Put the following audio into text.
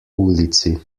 ulici